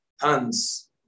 hands